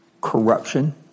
Corruption